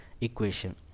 equation